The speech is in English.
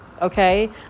okay